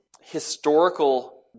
historical